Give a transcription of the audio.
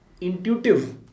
intuitive